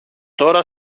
τώρα